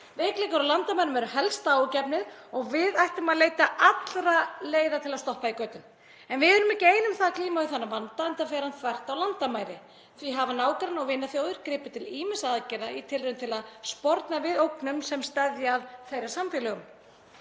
Veikleikar á landamærum eru helsta áhyggjuefnið og við ættum að leita allra leiða til að stoppa í götin. En við erum ekki ein um það að glíma við þennan vanda enda fer hann þvert á landamæri. Því hafa nágranna- og vinaþjóðir gripið til ýmissa aðgerða í tilraun til að sporna við ógnum sem steðja að þeirra samfélögum.